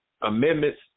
amendments